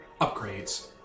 upgrades